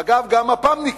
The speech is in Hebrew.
אגב, גם מפ"מניקי,